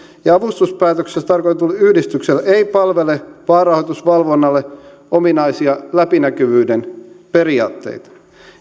ja avustuspäätöksessä tarkoitetulle yhdistykselle ei palvele vaalirahoitusvalvonnalle ominaisia läpinäkyvyyden periaatteita